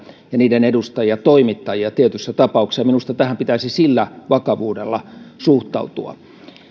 ja niiden edustajia toimittajia tietyissä tapauksissa minusta tähän pitäisi sillä vakavuudella suhtautua